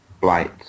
Blight